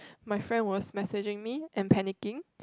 my friend was messaging me and panicking